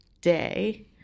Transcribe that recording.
day